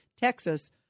Texas